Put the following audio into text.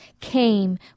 came